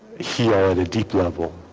hear at a deep level